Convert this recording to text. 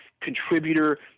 contributor